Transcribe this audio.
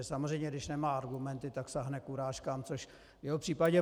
Samozřejmě, když nemá argumenty, tak sáhne k urážkám, což v jeho případě...